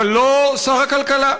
אבל לא שר הכלכלה.